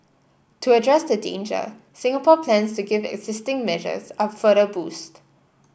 to address the danger Singapore plans to give existing measures a further boost